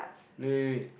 wait wait wait